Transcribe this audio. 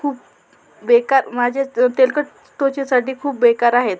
खूप बेकार माझ्या त तेलकट त्वचेसाठी खूप बेकार आहेत